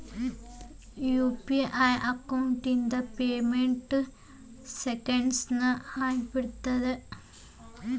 UPI account ಇಂದ payment seconds ನ ಆಗಿಬಿಡತ್ತ ಬ್ಯಾಂಕಿಂಗ್ ಹೋಗೋದ್ ತಪ್ಪುತ್ತ